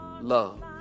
love